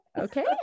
Okay